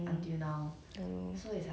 mmhmm true true true